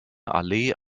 allee